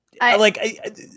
like-